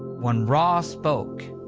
when rah spoke,